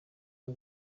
las